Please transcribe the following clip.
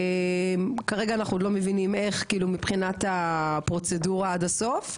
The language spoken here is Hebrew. כרגע אנחנו לא מבינים איך כאילו מבחינת הפרוצדורה עד הסוף,